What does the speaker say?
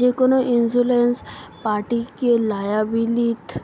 যেকোনো ইন্সুরেন্স পার্টিকে লায়াবিলিটি